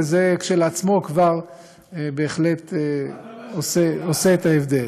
וזה כשלעצמו כבר בהחלט עושה את ההבדל.